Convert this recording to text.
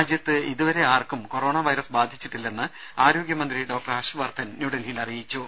രാജ്യത്ത് ഇതുവരെ ആർക്കും കൊറോണ വൈറസ് ബാധിച്ചിട്ടില്ലെന്ന് ആരോഗ്യമന്ത്രി ഡോക്ടർ ഹർഷ് വർദ്ധൻ ന്യൂഡൽഹിയിൽ അറിയിച്ചു